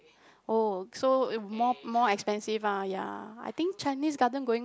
oh so more more expensive lah ya I think Chinese Garden going